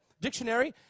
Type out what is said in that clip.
dictionary